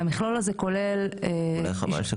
המכלול הזה כולל --- אולי חבל שזה ככה.